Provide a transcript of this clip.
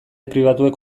pribatuek